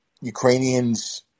Ukrainians